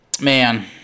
Man